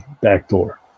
backdoor